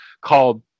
called